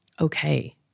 okay